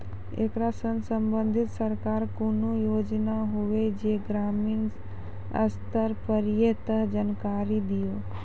ऐकरा सऽ संबंधित सरकारक कूनू योजना होवे जे ग्रामीण स्तर पर ये तऽ जानकारी दियो?